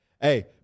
Hey